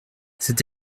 c’est